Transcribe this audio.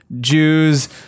Jews